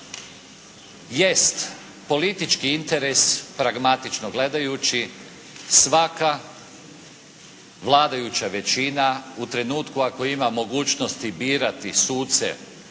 Jest politički interes pragmatično gledajući, svaka vladajuća većina u trenutku ako ima mogućnosti birati suce da li